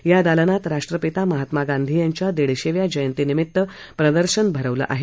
या दालनात राष्ट्रपिता महात्मा गांधी यांच्या दीडशेव्या जयंतीनिमित्त प्रदर्शन भरवलं आहे